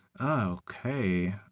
Okay